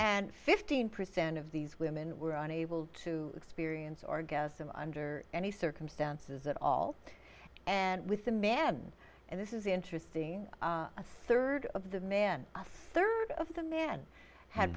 and fifteen percent of these women were unable to experience orgasm under any circumstances at all and with the man and this is interesting a third of the man for third of the man had